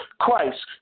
Christ